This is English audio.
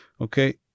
okay